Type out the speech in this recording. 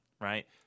right